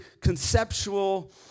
conceptual